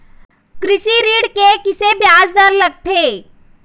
कृषि ऋण के किसे ब्याज दर लगथे?